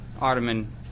Ottoman